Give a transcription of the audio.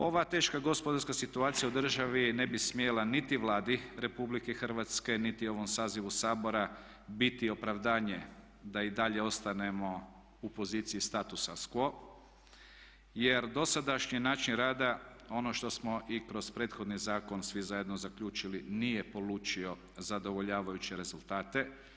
Ova teška gospodarska situacija u državi ne bi smjela niti Vladi RH niti ovom sazivu Sabora biti opravdanje da i dalje ostanemo u poziciji statusa quo jer dosadašnji način rada ono što smo i kroz prethodni zakon svi zajedno zaključili nije polučio zadovoljavajuće rezultate.